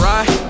Right